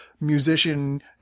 musician